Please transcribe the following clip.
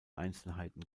einzelheiten